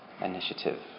initiative